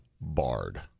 barred